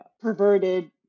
perverted